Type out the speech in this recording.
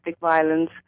violence